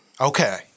Okay